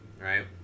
right